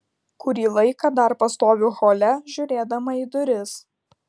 kurį laiką dar pastoviu hole žiūrėdama į duris